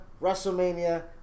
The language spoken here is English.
WrestleMania